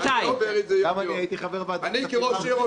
גם אני הייתי חבר ועדת הכספים ארבע שנים ועברתי את זה.